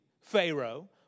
Pharaoh